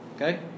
Okay